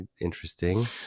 Interesting